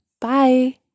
Bye